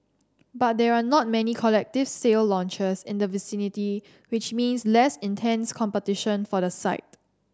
but there are not many collective sale launches in the vicinity which means less intense competition for the site